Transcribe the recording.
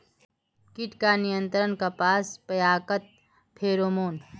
कीट का नियंत्रण कपास पयाकत फेरोमोन?